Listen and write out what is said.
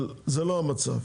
אבל זה לא המצב.